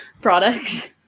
products